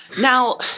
now